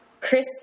Chris